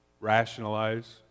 rationalize